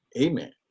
amen